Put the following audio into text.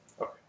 Okay